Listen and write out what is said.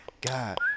God